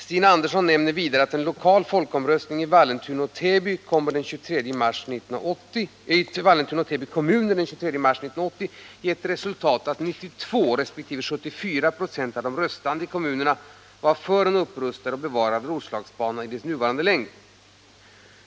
Stina Andersson nämner vidare att en lokal folkomröstning i Vallentuna och Täby kommuner den 23 mars 1980 gett till resultat att 92 resp. 74 96 av de röstande i kommunerna var för en upprustad och bevarad Roslagsbana i dess nuvarande längd.